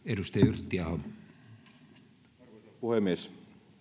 arvoisa puhemies